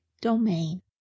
domain